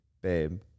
Babe